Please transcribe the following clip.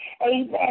Amen